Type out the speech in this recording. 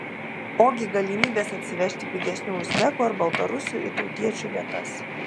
ogi galimybės atsivežti pigesnių uzbekų ar baltarusių į tautiečių vietas